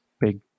big